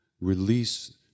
release